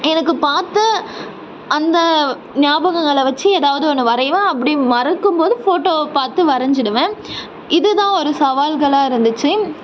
எனக்கு பார்த்த அந்த ஞாபகங்களை வச்சு ஏதாவது ஒன்று வரைவேன் அப்படி மறக்கும் போது ஃபோட்டோவை பார்த்து வரைஞ்சுடுவேன் இது தான் ஒரு சவால்களாக இருந்துச்சு